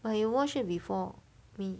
but you watch it before me